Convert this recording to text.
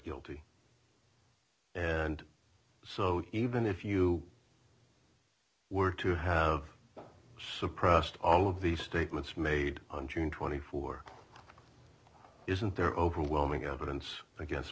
guilty and so even if you were to have suppressed all of the statements made on june twenty four isn't there overwhelming evidence against